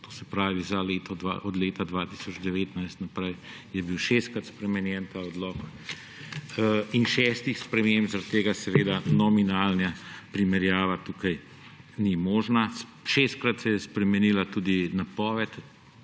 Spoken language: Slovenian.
to se pravi, od leta 2019 naprej je bil šestkrat spremenjen ta odlok. Zaradi šestih sprememb seveda nominalna primerjava tukaj ni možna. Šestkrat se je spremenila tudi napoved